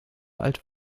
alt